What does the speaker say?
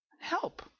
help